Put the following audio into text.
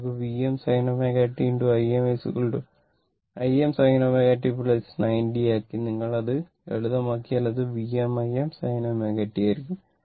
നിങ്ങൾ Vm sin ω t Im Im sin ω t 90 o ആക്കി നിങ്ങൾ ഇത് ലളിതമാക്കിയാൽ അത് Vm Im sin ω t ആയിരിക്കും